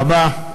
תודה רבה.